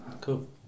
cool